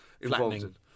involved